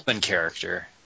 character